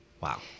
Wow